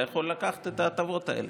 אתה יכול לקחת את ההטבות האלה.